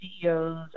CEOs